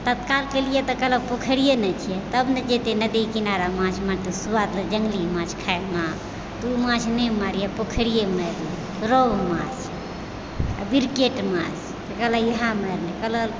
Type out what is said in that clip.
तऽ तत्कालके लिये तऽ कहलक पोखरिये नहि छै तब ने जेतय नदी किनारा माछ मारतय स्वाद लगतइ जङ्गली माछ खायमे तू माछ नहि मारियह पोखरियेमे मारि लिहऽ रोहु माछ विकेट माछ एकरा लहियेँ मारिके कहलक